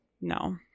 No